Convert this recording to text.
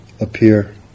appear